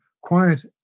quiet